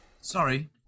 Sorry